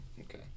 Okay